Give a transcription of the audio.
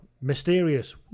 Mysterious